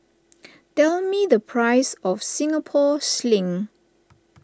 tell me the price of Singapore Sling